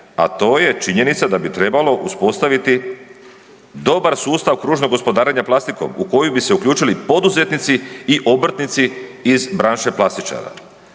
a to je činjenica da bi trebalo uspostaviti dobar sustav kružnog gospodarenja plastikom u koju bi se uključili poduzetnici i obrtnici iz branše plastičara.